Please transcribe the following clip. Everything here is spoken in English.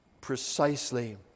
precisely